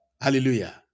Hallelujah